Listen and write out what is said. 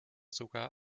sogar